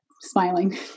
smiling